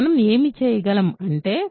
మనం ఏమి చేయగలం అంటే m nq r